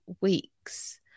weeks